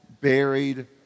buried